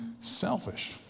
selfish